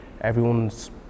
everyone's